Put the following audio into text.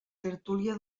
tertúlia